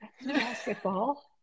basketball